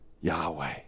Yahweh